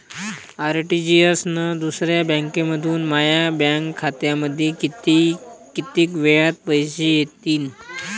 RTGS न दुसऱ्या बँकेमंधून माया बँक खात्यामंधी कितीक वेळातं पैसे येतीनं?